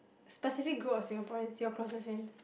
specific group of Singaporeans your closest friends